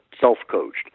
self-coached